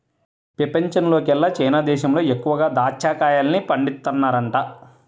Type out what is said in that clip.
పెపంచంలోకెల్లా చైనా దేశంలో ఎక్కువగా దాచ్చా కాయల్ని పండిత్తన్నారంట